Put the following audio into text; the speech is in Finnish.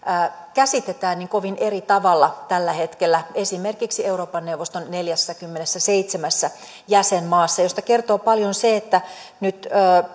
käsitetään niin kovin eri tavalla tällä hetkellä esimerkiksi euroopan neuvoston neljässäkymmenessäseitsemässä jäsenmaassa mistä kertoo paljon se että nyt